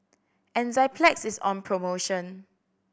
enzyplex is on promotion